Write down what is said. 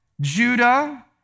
Judah